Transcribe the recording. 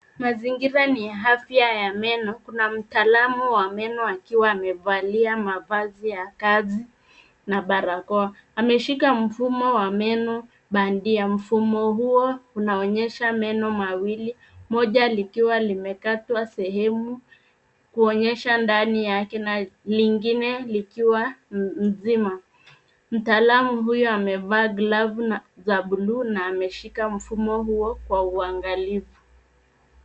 Mazingira ni ya afya ya meno. Kuna mtaalamu wa meno akiwa amevalia mavazi ya kazi na barakoa. Ameshika mfumo wa meno bandia. Mfumo huo unaonyesha meno mawili moja likiwa limekatwa sehemu kuonyesha ndani yake na lingine likiwa zima. Mtaalamu huyo amevaa glavu na za blu na ameshika mfumo huo kwa uangalifu.